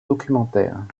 documentaires